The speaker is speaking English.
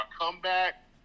comeback